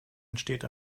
entsteht